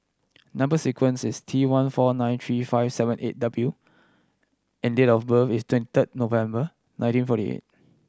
number sequence is T one four nine three five seven eight W and date of birth is twenty third November nineteen forty eight